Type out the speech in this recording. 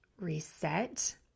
reset